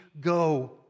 go